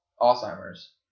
Alzheimer's